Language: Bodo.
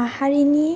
माहारिनि